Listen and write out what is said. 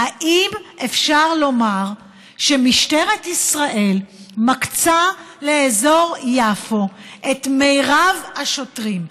האם אפשר לומר שמשטרת ישראל מקצה לאזור יפו את מרב השוטרים,